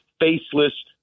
faceless